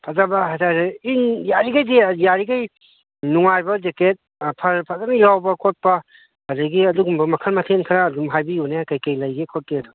ꯐꯖꯕ ꯍꯥꯏꯇꯥꯔꯦ ꯌꯥꯔꯤꯉꯩ ꯅꯨꯡꯉꯥꯏꯕ ꯖꯦꯛꯀꯦꯠ ꯐꯔ ꯐꯖꯅ ꯌꯥꯎꯕ ꯈꯣꯠꯄ ꯑꯗꯒꯤ ꯑꯗꯨꯒꯨꯝꯕ ꯃꯈꯟ ꯃꯊꯦꯟ ꯈꯔ ꯑꯗꯨꯝ ꯍꯥꯏꯕꯤꯌꯨꯅꯦ ꯀꯩꯀꯩ ꯂꯩꯒꯦ ꯈꯣꯠꯀꯦꯗꯣ